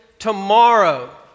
Tomorrow